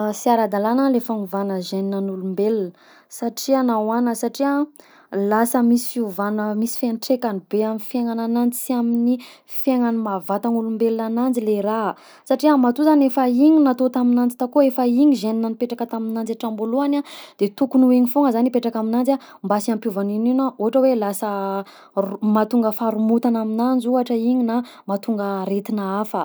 Sy ara-dalana le fanovana géne amin'ny olombelona satria nahoàgna, satria lasa misy fiovagna misy fiantrainkany be amin'ny fiaignanan'anjy sy ny fiaignany maha-vatan'olombelona ananjy le raha, satria matoa zany efa igny no natao tamignanjy takao efa igny gène nipetraka tamignanjy hatramim-boalohany de tokony igny foagna zany hipetraka amignanjy mba sy hampiova n'ino n'ino ohatra hoe lasa ro- mahatonga faharomontana amignanjy ohatra igny na mahatonga aretina hafa.